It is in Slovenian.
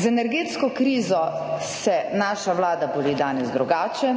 Z energetsko krizo se naša Vlada boji danes drugače